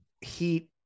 Heat